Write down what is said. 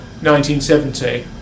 1970